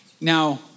Now